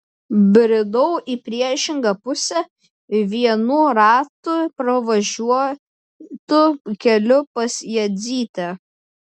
bridau į priešingą pusę vienų ratų pravažiuotu keliu pas jadzytę